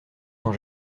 tant